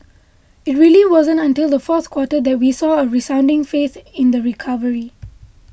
it really wasn't until the fourth quarter that we saw a resounding faith in the recovery